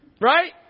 right